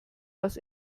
was